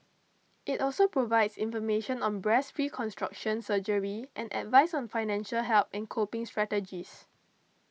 it also provides information on breast reconstruction surgery and advice on financial help and coping strategies